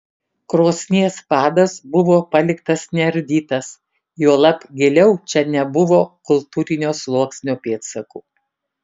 krosnies padas buvo paliktas neardytas juolab giliau čia nebuvo kultūrinio sluoksnio pėdsakų